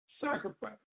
sacrifice